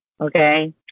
Okay